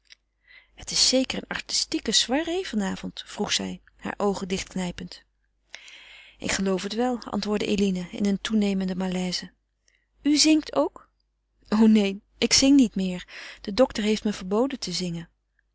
het is zeker een artistieke soirée van avond vroeg zij hare oogen dicht knijpend ik geloof het wel antwoordde eline in eene toenemende malaise u zingt ook o neen ik zing niet meer de dokter heeft me verboden te zingen